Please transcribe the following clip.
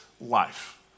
life